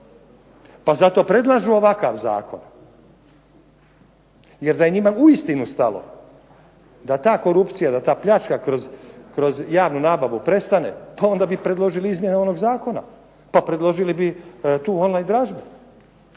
Pa zato predlažu ovakav zakon. Jer da je njima uistinu stalo da ta korupcija, da ta pljačka kroz javnu nabavu prestane, pa onda bi predložili izmjene onog zakona. Pa predložili bi tu online dražbu.